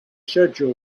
schedule